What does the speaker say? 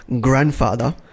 grandfather